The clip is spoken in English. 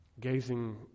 Gazing